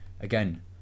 Again